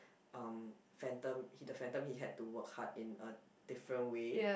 um Phantom he the Phantom he had to work hard in a different way